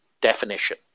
definition